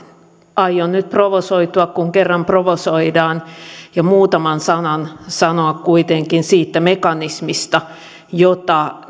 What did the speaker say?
aion nyt provosoitua kun kerran provosoidaan ja muutaman sanan sanoa kuitenkin siitä mekanismista jota